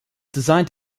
designed